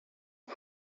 une